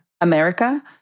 America